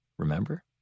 remember